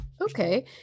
okay